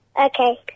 Okay